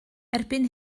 erbyn